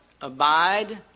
abide